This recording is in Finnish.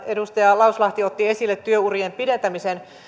edustaja lauslahti otti esille työurien pidentämisen